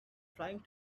trying